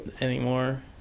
anymore